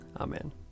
Amen